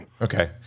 okay